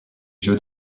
jeux